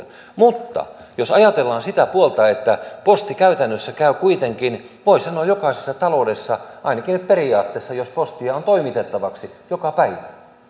mutta jos ajatellaan sitä puolta että posti käytännössä käy kuitenkin voi sanoa jokaisessa taloudessa ainakin periaatteessa jos postia on toimitettavaksi joka päivä